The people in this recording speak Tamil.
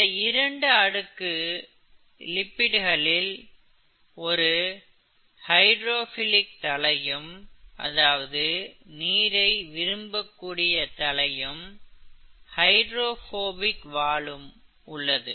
இந்த இரண்டு அடுக்கு லிப்பிடுகலில் ஒரு ஹைடிரோஃபிலிக் தலையும் அதாவது நீரை விரும்பக்கூடிய தலையும் ஹைடிரோஃபோபிக் வாலும் உள்ளது